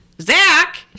Zach